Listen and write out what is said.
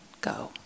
go